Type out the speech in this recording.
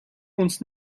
uns